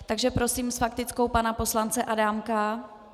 Takže prosím s faktickou pana poslance Adámka.